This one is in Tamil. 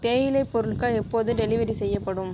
தேயிலை பொருட்கள் எப்போது டெலிவரி செய்யப்படும்